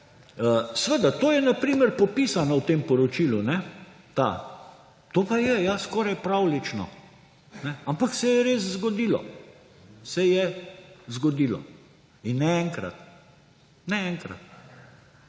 Seveda, to je na primer popisano v tem poročilu. To pa je, ja, skoraj pravljično. Ampak se je res zgodilo. Se je zgodilo. In ne enkrat, ne enkrat.